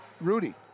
Rudy